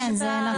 כן, זה נכון.